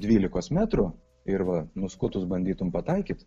dvylikos metrų ir va nuskutus bandytum pataikyt